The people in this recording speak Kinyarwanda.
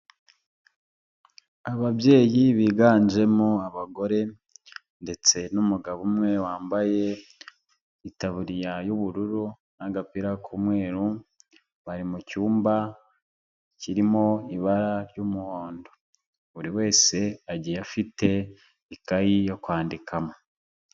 Ababyeyi biganjemo abagore ndetse n'umugabo umwe wambaye itaburiya y'ubururu n'agapira k'umweru, bari mu cyumba kirimo ibara ry'umuhondo, buri wese agiye afite ikayi yo kwandikamo.